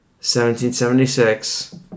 1776